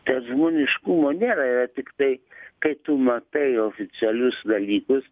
ten žmoniškumo nėra yra tiktai kai tu matai oficialius dalykus